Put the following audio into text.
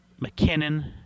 McKinnon